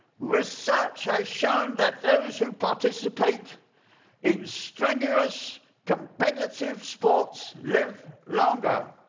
research has shown that those who participate in strenuous competitive sports live longer.